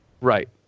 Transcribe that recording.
Right